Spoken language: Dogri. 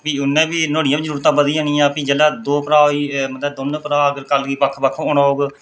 भी उ'नैं बी नुहाड़ियां बी जरूरतां बधी जानियां भी जेल्लै दो भ्राऽ होई गे मतलब दोनैं भ्राऽ अगर कल गी बक्ख बक्ख होना होग